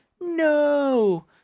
No